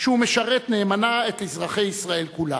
שהוא משרת נאמנה את אזרחי ישראל כולם.